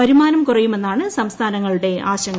വരുമാനം കുറയുമെന്നാണ് സംസ്ഥാനങ്ങളുടെ ആശങ്ക